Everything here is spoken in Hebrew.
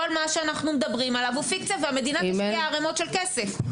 כל מה שאנחנו מדברים עליו הוא פיקציה והמדינה תשקיע ערמות של כסף,